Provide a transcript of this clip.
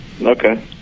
Okay